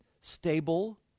stable